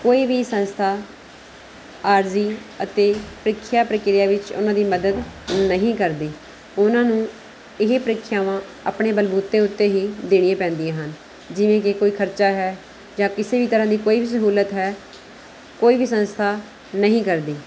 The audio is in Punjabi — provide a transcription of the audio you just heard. ਕੋਈ ਵੀ ਸੰਸਥਾ ਆਰਜ਼ੀ ਅਤੇ ਪ੍ਰੀਖਿਆ ਪ੍ਰਕਿਰਿਆ ਵਿੱਚ ਉਹਨਾਂ ਦੀ ਮਦਦ ਨਹੀਂ ਕਰਦੀ ਉਹਨਾਂ ਨੂੰ ਇਹ ਪ੍ਰੀਖਿਆਵਾਂ ਆਪਣੇ ਬਲਬੂਤੇ ਉੱਤੇ ਹੀ ਦੇਣੀਆਂ ਪੈਂਦੀਆਂ ਹਨ ਜਿਵੇਂ ਕਿ ਕੋਈ ਖਰਚਾ ਹੈ ਜਾਂ ਕਿਸੇ ਵੀ ਤਰ੍ਹਾਂ ਦੀ ਕੋਈ ਵੀ ਸਹੂਲਤ ਹੈ ਕੋਈ ਵੀ ਸੰਸਥਾ ਨਹੀਂ ਕਰਦੀ